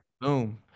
boom